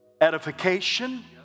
edification